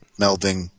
melding